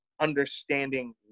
understanding